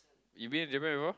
you've been to Japan before